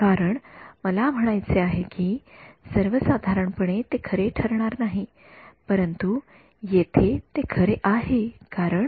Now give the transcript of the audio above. कारण मला म्हणायचे आहे की सर्वसाधारणपणे ते खरे ठरणार नाही परंतु येथे ते खरे आहे कारण